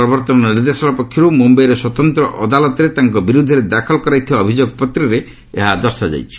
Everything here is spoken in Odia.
ପ୍ରବର୍ତ୍ତନ ନିର୍ଦ୍ଦେଶାଳୟ ପକ୍ଷରୁ ମୁମ୍ୟଇର ସ୍ୱତନ୍ତ ଅଦାଲତରେ ତାଙ୍କ ବିରୁଦ୍ଧରେ ଦାଖଲ କରାଯାଇଥିବା ଅଭିଯୋଗ ପତ୍ରରେ ଏହା ଦର୍ଶାଯାଇଛି